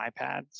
iPads